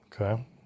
Okay